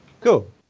cool